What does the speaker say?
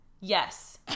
Yes